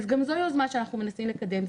גם זו יוזמה שאנחנו מנסים לקדם,